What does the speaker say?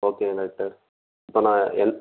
ஓகேங்க டாக்டர் இப்போ நான் என்